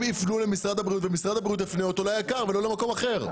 הם יפנו למשרד הבריאות ומשרד הבריאות יפנה אותם ליק"ר ולא למקום אחר.